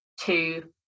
two